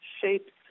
shapes